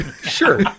Sure